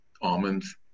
almonds